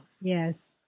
Yes